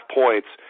points